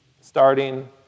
starting